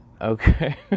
Okay